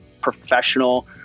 professional